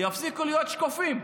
יפסיקו להיות שקופים.